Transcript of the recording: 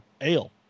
ale